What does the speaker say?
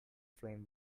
flame